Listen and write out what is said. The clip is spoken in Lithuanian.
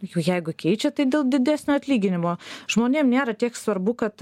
jau jeigu keičia tai dėl didesnio atlyginimo žmonėm nėra tiek svarbu kad